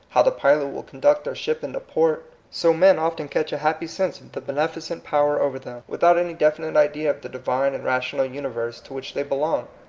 how the pilot will con duct their ship into port so men often catch a happy sense of the beneficent power over them, without any definite idea of the divine and rational universe to which they belong.